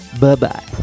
Bye-bye